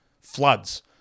Floods